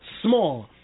Small